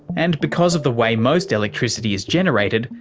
and because of the way most electricity is generated,